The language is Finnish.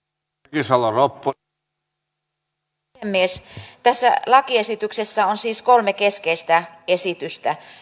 arvoisa puhemies tässä lakiesityksessä on siis kolme keskeistä esitystä